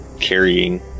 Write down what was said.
carrying